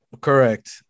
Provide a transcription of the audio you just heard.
Correct